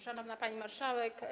Szanowna Pani Marszałek!